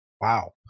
wow